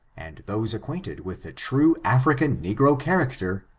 and those acquainted with the true african ncigro character,